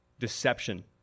Deception